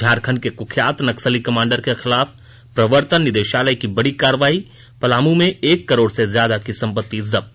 झारखंड के कुख्यात नक्सली कमांडर के खिलाफ प्रवर्तन निदेशालय की बड़ी कार्रवाई पलामू में एक करोड़ से ज्यादा की संपत्ति जब्त